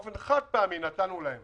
ובאופן חד-פעמי נתנו להם